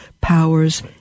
powers